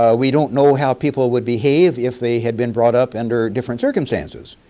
ah we don't know how people would behave if they had been brought up under different circumstances.